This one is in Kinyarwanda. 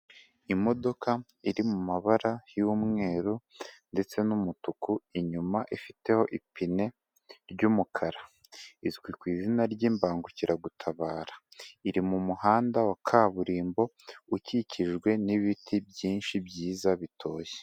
Imodoka iri mu mabara y'umweru ndetse n'umutuku, inyuma ifiteho ipine ry'umukara, izwi ku izina ry'imbangukiragutabara, iri mu muhanda wa kaburimbo, ukikijwe n'ibiti byinshi byiza bitoshye.